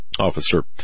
Officer